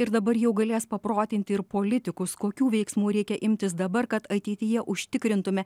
ir dabar jau galės paprotinti ir politikus kokių veiksmų reikia imtis dabar kad ateityje užtikrintume